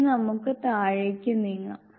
ഇനി നമുക്ക് താഴേക്ക് നീങ്ങാം